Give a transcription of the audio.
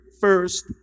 first